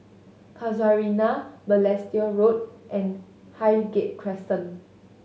Casuarina Balestier Road and Highgate Crescent